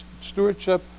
stewardship